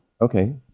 okay